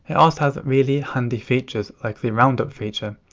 also has really handy features like the round-up feature.